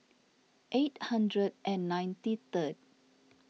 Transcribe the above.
eight hundred and ninety third